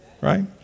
Right